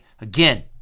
again